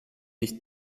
nicht